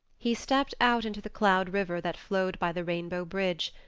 he stept out into the cloud river that flowed by the rainbow bridge,